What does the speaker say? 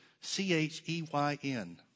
C-H-E-Y-N